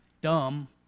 dumb